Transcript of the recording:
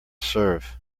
serve